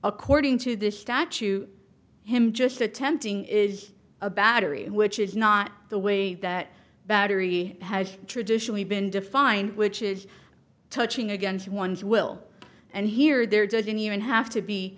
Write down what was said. according to this statue him just attempting is a battery which is not the way that battery has traditionally been defined which is touching against one's will and here there doesn't even have to be